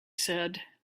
said